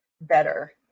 better